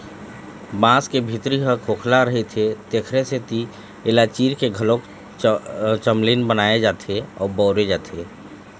बांस के भीतरी ह खोखला रहिथे तेखरे सेती एला चीर के घलोक चमचील बनाए जाथे अउ बउरे जाथे